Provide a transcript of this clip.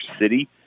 City